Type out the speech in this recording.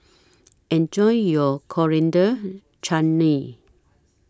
Enjoy your Coriander Chutney